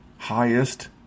highest